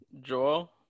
Joel